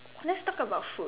let's talk about food